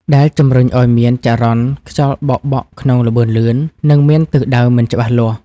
ដែលជំរុញឱ្យមានចរន្តខ្យល់បោកបក់ក្នុងល្បឿនលឿន និងមានទិសដៅមិនច្បាស់លាស់។